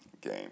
game